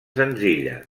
senzilla